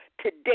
today